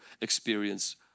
experience